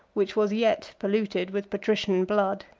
which was yet polluted with patrician blood.